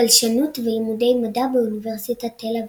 בלשנות ולימודי מדע באוניברסיטת תל אביב.